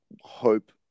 hope